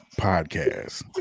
podcast